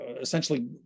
essentially